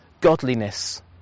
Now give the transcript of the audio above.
Godliness